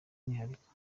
umwihariko